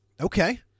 Okay